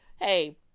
Hey